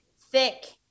thick